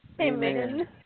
Amen